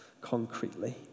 concretely